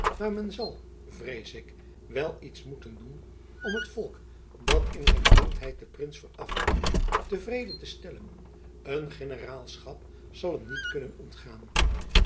maar men zal vrees ik wel iets moeten doen om het volk dat in zijn blindheid den prins verafgoodt te vrede te stellen een generaalschap zal hem niet kunnen ontgaan